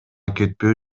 кетпөө